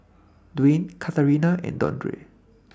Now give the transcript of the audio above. Dwyane Katharina and Dondre